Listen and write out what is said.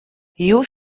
jūs